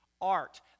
art